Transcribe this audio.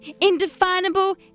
indefinable